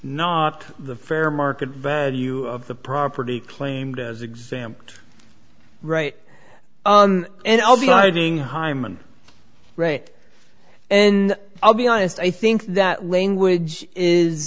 not the fair market value of the property claimed as examples right and i'll be riding high man right and i'll be honest i think that language is